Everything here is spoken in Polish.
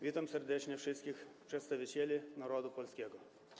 Witam serdecznie wszystkich przedstawicieli narodu polskiego.